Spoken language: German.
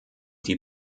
die